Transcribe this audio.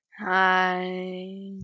hi